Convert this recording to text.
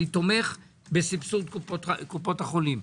אני תומך בסבסוד קופות החולים.